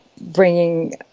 bringing